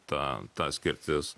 ta ta skirtis